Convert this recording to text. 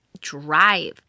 drive